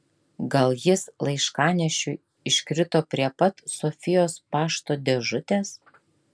gal jis laiškanešiui iškrito prie pat sofijos pašto dėžutės